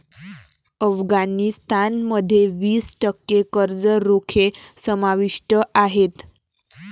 अफगाणिस्तान मध्ये वीस टक्के कर्ज रोखे समाविष्ट आहेत